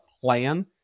plan